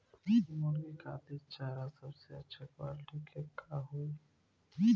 मुर्गी खातिर चारा सबसे अच्छा क्वालिटी के का होई?